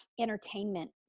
entertainment